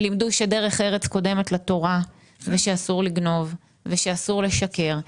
לימדו שדרך ארץ קודמת לתודה ושאסור לגנוב ושאסור לשקר.